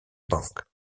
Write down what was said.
bank